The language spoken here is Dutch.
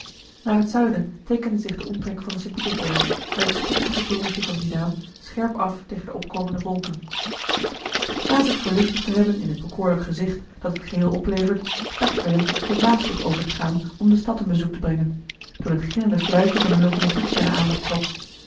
naar t zuiden teekende zich de omtrek van den st pietersberg met het spichtige torentje van dien naam scherp af tegen opkomende wolken na zich verlustigd te hebben in het bekoorlijk gezicht dat het geheel oplevert dacht willem de maasbrug over te gaan om de stad een bezoek te brengen toen het gillende fluitje van eene locomotief zijne aandacht trok